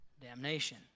damnation